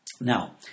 Now